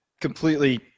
completely